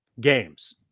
games